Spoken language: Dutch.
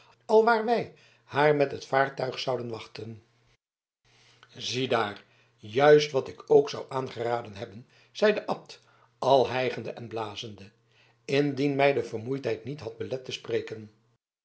alwaar wij haar met het vaartuig zouden wachten ziedaar juist wat ik ook zou aangeraden hebben zeide de abt al hijgende en blazende indien mij de vermoeidheid niet had belet te spreken